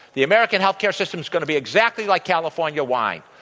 the american health care system's going to be exactly like california wine.